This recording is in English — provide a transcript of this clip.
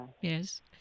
Yes